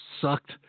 sucked